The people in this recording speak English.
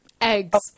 eggs